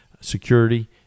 security